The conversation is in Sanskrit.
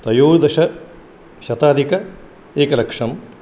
त्रयोदश शताधिक एकलक्षम्